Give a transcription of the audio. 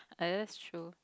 !aiya! that's true